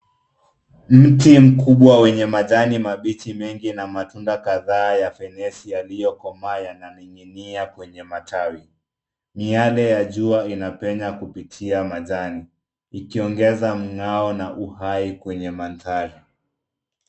Mti mkubwa wenye majani mabichi mengi na matunda kadhaa ya fenesi yaliyokomaa yananing'inia kwenye matawi. Miale ya jua inapenya kupitia majani ikiongeza mngao na uhai kwenye mandhari.